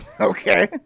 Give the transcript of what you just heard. okay